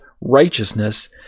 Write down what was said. righteousness